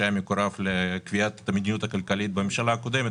שהיה מאוד מקורב לקביעת המדיניות הכלכלית בממשלה הקודמת,